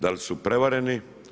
Da li su prevareni?